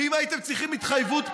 ואם הייתם צריכים התחייבות ממישהו,